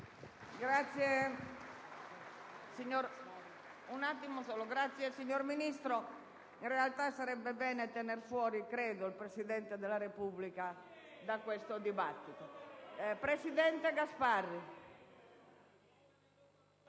Signor Ministro, in realtà sarebbe bene tenere fuori - credo - il Presidente della Repubblica da questo dibattito. *(Commenti dai